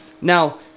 Now